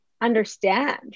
understand